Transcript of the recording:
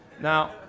Now